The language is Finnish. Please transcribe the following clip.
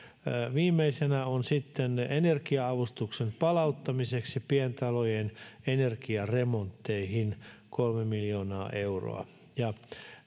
viimeisenä on sitten energia avustuksen palauttamiseksi pientalojen energiaremontteihin kolme miljoonaa euroa kun